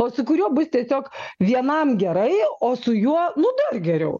o su kuriuo bus tiesiog vienam gerai o su juo nu dar geriau